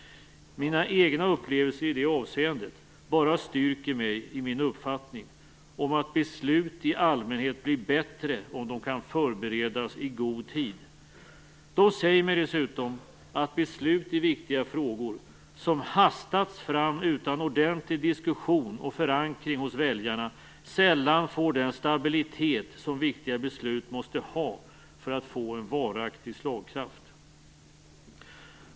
Mina egna upplevelser i det avseendet bara styrker mig i min uppfattning att beslut i allmänhet blir bättre om de kan förberedas i god tid. De säger mig dessutom att beslut i viktiga frågor som hastats fram utan ordentlig diskussion och förankring hos väljarna sällan får den stabilitet som viktiga beslut måste ha för att få en varaktig slagkraft.